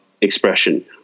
expression